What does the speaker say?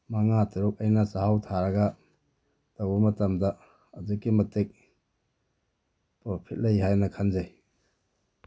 ꯃꯉꯥ ꯇꯔꯨꯛ ꯑꯩꯅ ꯆꯥꯛꯍꯥꯎ ꯊꯥꯔꯒ ꯇꯧꯕ ꯃꯇꯝꯗ ꯑꯗꯨꯛꯀꯤ ꯃꯇꯤꯛ ꯄ꯭ꯔꯣꯐꯤꯠ ꯂꯩ ꯍꯥꯏꯅ ꯈꯟꯖꯩ